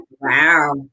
Wow